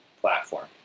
platform